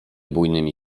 bujnymi